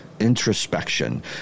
introspection